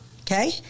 okay